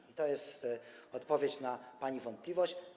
I to jest odpowiedź na pani wątpliwość.